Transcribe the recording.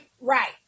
right